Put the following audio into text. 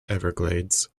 everglades